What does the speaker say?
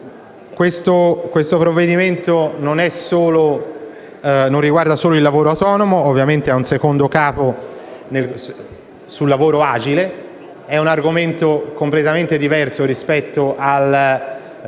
Questo provvedimento non riguarda solo il lavoro autonomo: ha un secondo capo sul lavoro agile. Si tratta di un argomento completamente diverso rispetto al